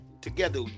Together